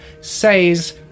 says